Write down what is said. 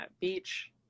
beach